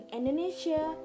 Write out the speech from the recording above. Indonesia